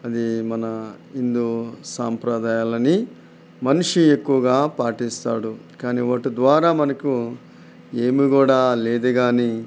అది మన హిందూ సాంప్రదాయాలను మనిషి ఎక్కువగా పాటిస్తాడు కానీ వాటి ద్వారా మనకు ఏమీ కూడా లేదు కానీ